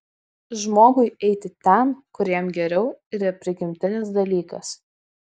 žmogui eiti ten kur jam geriau yra prigimtinis dalykas